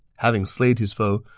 having slayed his foe,